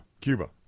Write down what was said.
Cuba